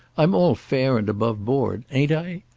i'm all fair and above board ain't i?